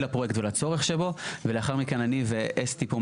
לפרויקט ולצורך בו ולאחר מכן אני ואסתי פה,